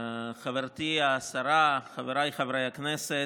חברתי השרה, חבריי חברי הכנסת,